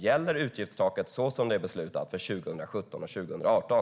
Gäller utgiftstaket så som det är beslutat för 2017 och 2018?